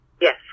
Yes